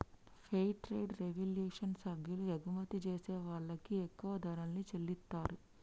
fair trade revolution సభ్యులు ఎగుమతి జేసే వాళ్ళకి ఎక్కువ ధరల్ని చెల్లిత్తారు